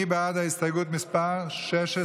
מי בעד הסתייגות 16א'?